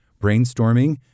brainstorming